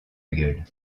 gueule